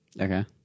Okay